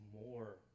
more